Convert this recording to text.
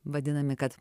vadinami kad